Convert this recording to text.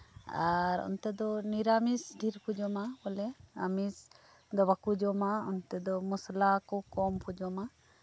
ᱟᱨ ᱚᱱᱛᱮ ᱫᱚ ᱱᱤᱨᱟᱢᱤᱥ ᱰᱷᱮᱨ ᱠᱚ ᱡᱚᱢᱟ ᱵᱚᱞᱮ ᱟᱢᱤᱥ ᱫᱚ ᱵᱟᱠᱚ ᱡᱚᱢᱟ ᱚᱱᱛᱮ ᱫᱚ ᱢᱚᱥᱞᱟ ᱠᱚ ᱠᱚᱢ ᱠᱚ ᱡᱚᱢᱟ